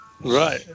Right